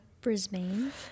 Brisbane